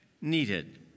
needed